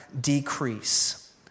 decrease